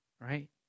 right